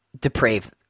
depraved